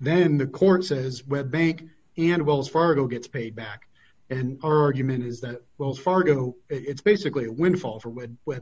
then the court says bank and wells fargo gets paid back if our argument is that wells fargo it's basically a windfall for